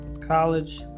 college